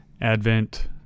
Advent